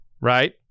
Right